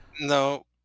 no